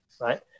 right